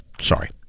sorry